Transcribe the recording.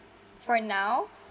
for now